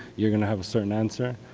you're going to have a certain answer.